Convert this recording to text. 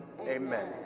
amen